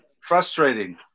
Frustrating